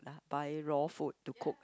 buy raw food to cook